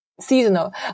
seasonal